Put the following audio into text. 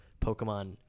Pokemon